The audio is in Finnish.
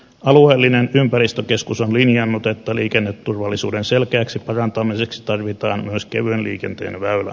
alueellinen ympäristökeskus on linjannut että liikenneturvallisuuden selkeäksi parantamiseksi tarvitaan myös kevyen liikenteen väylä